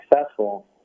successful